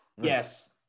yes